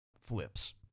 flips